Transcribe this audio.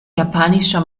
japanischer